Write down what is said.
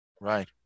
Right